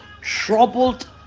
troubled